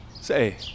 Say